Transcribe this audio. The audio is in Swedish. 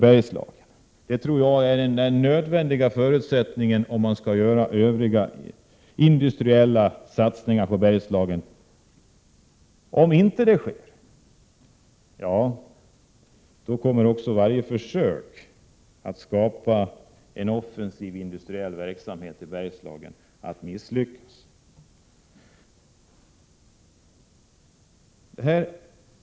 Bergslagspaketet är en nödvändig förutsättning om man skall kunna genomföra övriga industriella satsningar i Bergslagen. Om man inte gör det kommer också varje försök att skapa en offensiv industriell verksamhet i Bergslagen att misslyckas.